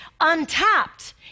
untapped